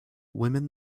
women